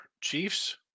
Chiefs